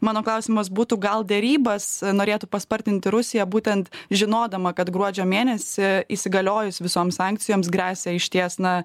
mano klausimas būtų gal derybas norėtų paspartinti rusija būtent žinodama kad gruodžio mėnesį įsigaliojus visoms sankcijoms gresia išties na